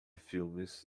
filmes